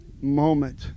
moment